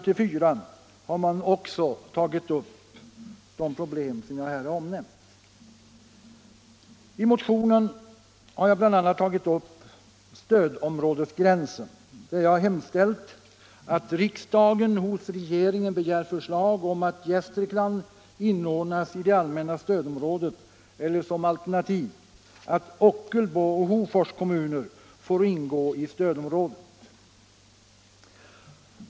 I Länsplanering 1974 har man också berört de problem som jag här omnämnt.